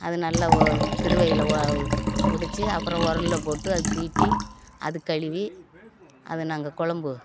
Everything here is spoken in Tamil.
அது நல்ல திருவையில் இடிச்சு அப்புறம் உரல்ல போட்டு அது தீட்டி அது கழுவி அதை நாங்கள் கொழம்பு